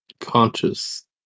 Conscious